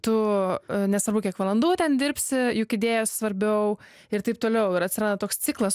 tu nesvarbu kiek valandų ten dirbsi juk idėja svarbiau ir taip toliau ir atsiranda toks ciklas